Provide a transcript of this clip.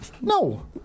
No